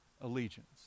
allegiance